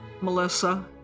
Melissa